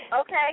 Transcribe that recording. Okay